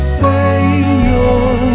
savior